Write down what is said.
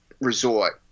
Resort